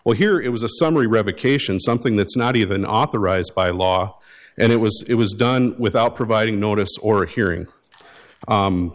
well here it was a summary revocation something that's not even authorized by law and it was it was done without providing notice or hearing